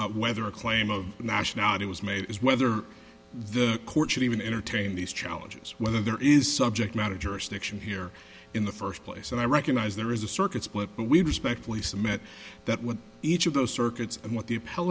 to whether a claim of nationality was made is whether the court should even entertain these challenges whether there is subject matter jurisdiction here in the first place and i recognize there is a circuit split but we respectfully submit that when each of those circuits and what the